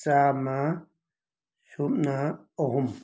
ꯆꯥꯝꯃ ꯁꯨꯞꯅ ꯑꯍꯨꯝ